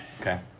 Okay